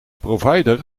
provider